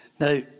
Now